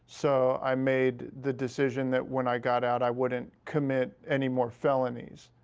so i made the decision that when i got out i wouldn't commit anymore felonies.